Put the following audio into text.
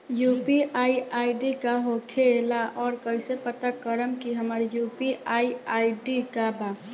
UPI ID का होखेला और कईसे पता करम की हमार यू.पी.आई आई.डी का बा?